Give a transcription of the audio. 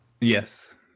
Yes